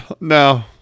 No